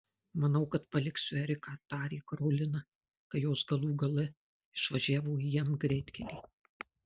manau kad paliksiu eriką tarė karolina kai jos galų gale išvažiavo į m greitkelį